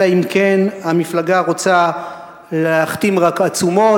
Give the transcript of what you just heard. אלא אם כן המפלגה רוצה להחתים רק עצומות